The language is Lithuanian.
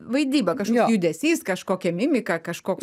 vaidyba kažkoks judesys kažkokia mimika kažkoks